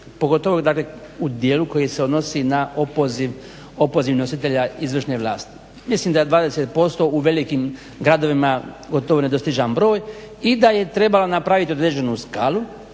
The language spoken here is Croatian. pogotovo u dijelu koji se odnosi na opoziv nositelja izvršne vlasti. Mislim da 20% u velikim gradovima gotovo nedostižan broj i da je trebalo napraviti određenu skalu